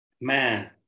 man